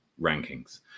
rankings